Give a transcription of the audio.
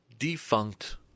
defunct